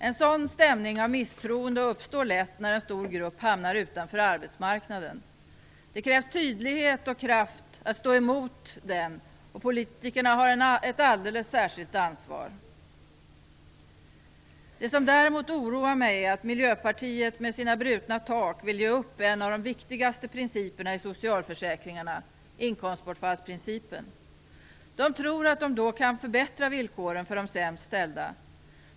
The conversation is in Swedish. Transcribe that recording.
En sådan stämning av misstroende uppstår lätt när en stor grupp hamnar utanför arbetsmarknaden. Det krävs tydlighet och kraft att stå emot den, och politikerna har ett alldeles särskilt ansvar. Det som däremot oroar mig är att Miljöpartiet med sina "brutna tak" vill ge upp en av de viktigaste principerna i socialförsäkringarna, inkomstbortfallsprincipen. De tror att de då kan förbättra villkoren för de sämst ställda.